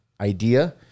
idea